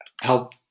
help